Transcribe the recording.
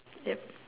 yup